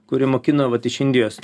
kuri mokino vat iš indijos